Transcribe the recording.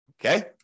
Okay